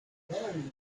when